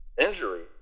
injury